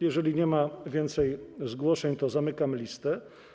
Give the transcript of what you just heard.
Jeżeli nie ma więcej zgłoszeń, to zamykam listę.